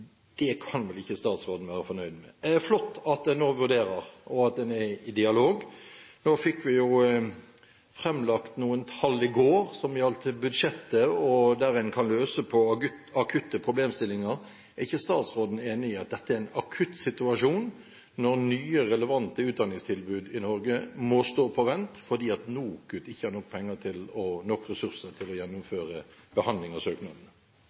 Det er flott at en nå vurderer, og at en er i dialog. Nå fikk vi jo framlagt noen tall i går som gjaldt budsjettet, der en kan løse akutte problemstillinger. Er ikke statsråden enig i at dette er en akutt situasjon, når nye, relevante utdanningstilbud i Norge må stå på vent fordi NOKUT ikke har nok penger og nok ressurser til å gjennomføre behandling av søknadene?